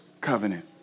covenant